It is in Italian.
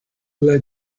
alla